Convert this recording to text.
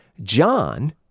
John